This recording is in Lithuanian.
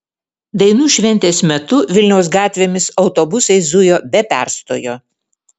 dainų šventės metu vilniaus gatvėmis autobusai zujo be perstojo